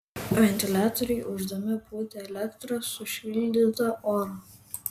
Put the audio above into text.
ventiliatoriai ūždami pūtė elektra sušildytą orą